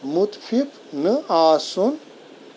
مُتفِف نہٕ آسُن